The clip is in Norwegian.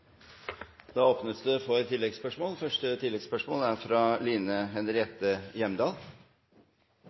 Da åpnes det for oppfølgingsspørsmål – først Line Henriette Hjemdal.